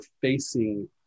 facing